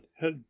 head